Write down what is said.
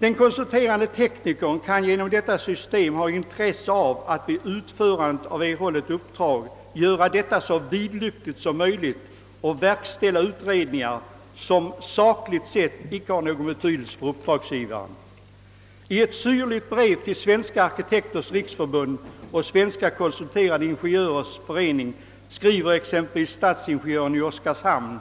Den konsulterande teknikern kan genom detta system ha intresse av att vid utförandet av erhållet uppdrag göra detta så vidlyftigst som möjligt och verkställa utredningar som, sakligt sett, icke har någon betydelse för uppdragsgivaren. I ett syrligt brev till Svenska arkitekters riksförbund och Svenska konsulterande ingenjörers förening skriver exempelvis stadsingenjören i Oskarshamn,